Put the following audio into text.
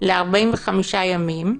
ל-45 ימים".